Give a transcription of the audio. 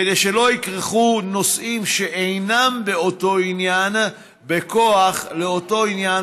כדי שלא ייכרכו נושאים שאינם באותו עניין בכוח לאותו עניין,